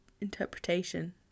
interpretation